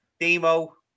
Demo